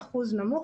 אחוז נמוך,